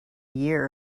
year